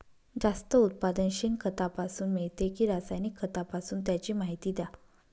जास्त उत्पादन शेणखतापासून मिळते कि रासायनिक खतापासून? त्याची माहिती द्या